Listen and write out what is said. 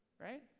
right